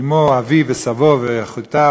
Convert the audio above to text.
אמו, אביו, סבו ואחיותיו